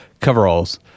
coveralls